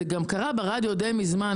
זה גם קרה ברדיו די מזמן,